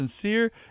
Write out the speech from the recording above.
sincere